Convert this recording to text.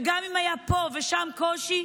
וגם אם היה פה ושם קושי,